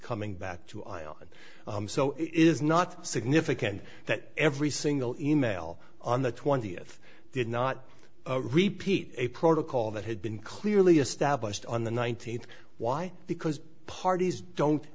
coming back to iowa so it is not significant that every single e mail on the twentieth did not repeat a protocol that had been clearly established on the nineteenth why because parties don't